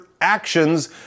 Actions